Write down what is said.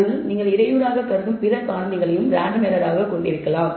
அதில் நீங்கள் இடையூறாக கருதும் பிற காரணிகளையும் ரேண்டம் எரர் ஆக கொண்டிருக்கலாம்